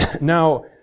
Now